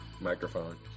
microphone